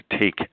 take